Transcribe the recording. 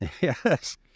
Yes